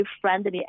friendly